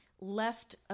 left